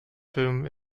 film